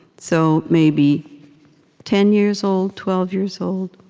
so maybe ten years old, twelve years old